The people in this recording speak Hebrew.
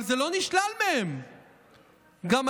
אבל זה לא נשלל מהם.